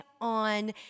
on